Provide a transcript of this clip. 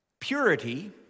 Purity